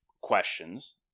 questions